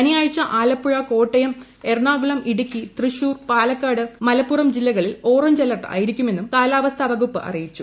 ശനിയാഴ്ച ആലപ്പുഴ കോട്ടയം എറണാക്കൂള്ളം ഇടുക്കി തൃശൂർ പാലക്കാട് മലപ്പുറം ജില്ലകളിൽ orange alert ആയിരിക്കുമെന്നും കാലാവസ്ഥാപ്പിക്കുപ്പ് അറിയിച്ചു